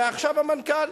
זה עכשיו המנכ"ל.